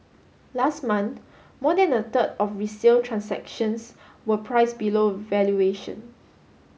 last month more than a third of resale transactions were price below valuation